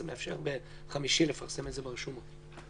זה מאפשר ביום חמישי לפרסם ברשומות.